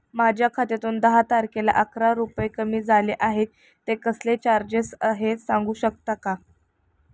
माझ्या खात्यातून दहा तारखेला अकरा रुपये कमी झाले आहेत ते कसले चार्जेस आहेत सांगू शकता का?